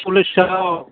पलिसआव